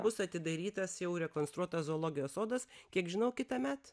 bus atidarytas jau rekonstruotas zoologijos sodas kiek žinau kitąmet